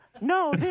no